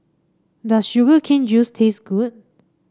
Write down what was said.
does Sugar Cane Juice taste good